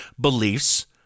beliefs